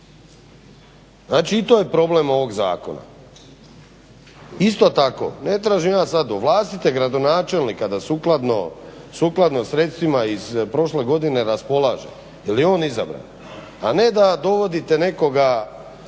Znači i to je problem ovog zakona. Isto tako, ne tražim ja sad, ovlastite gradonačelnika da sukladno sredstvima iz prošle godine raspolaže. Je li on izabran, a ne da dovodite nekoga